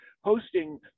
hosting